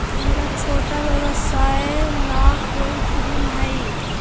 हमर छोटा व्यवसाय ला कोई ऋण हई?